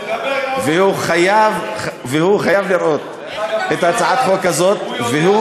והוא חייב לראות את הצעת החוק הזאת.